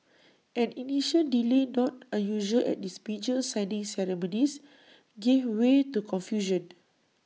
an initial delay not unusual at these major signing ceremonies gave way to confusion